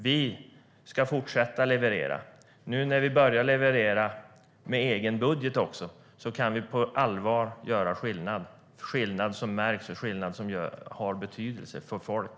Vi ska fortsätta att leverera. Nu när vi börjar leverera, också med egen budget, kan vi på allvar göra skillnad, en skillnad som märks och har betydelse för folk.